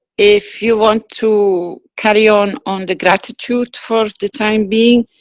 if you want to carry on, on the gratitude for the time being?